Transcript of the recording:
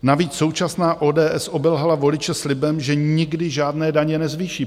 Navíc současná ODS obelhala voliče slibem, že nikdy žádné daně nezvýší.